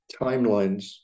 timelines